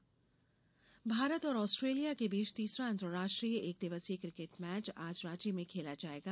cricket Bharat और Australia के बीच तीसरा अंतर्राष्ट्रीय एक दिवसीय क्रिकेट मैच आज रांची में खेला जाएगा